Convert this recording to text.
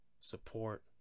support